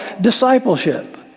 discipleship